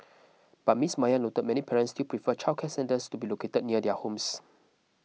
but Miss Maya noted many parents still prefer childcare centres to be located near their homes